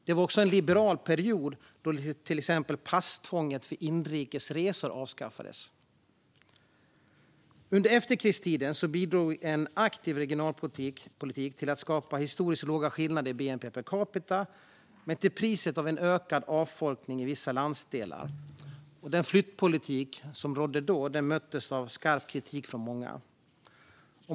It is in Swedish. Det var också en liberal period, då till exempel passtvånget för inrikes resor avskaffades. Under efterkrigstiden bidrog en aktiv regionalpolitik till att skapa historiskt små skillnader i bnp per capita men till priset av en ökad avfolkning i vissa landsdelar. Den flyttpolitik som rådde då möttes av skarp kritik från många.